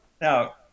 Now